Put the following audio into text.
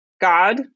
God